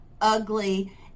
ugly